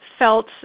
felt